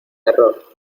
error